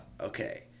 okay